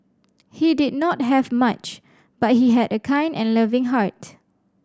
he did not have much but he had a kind and loving heart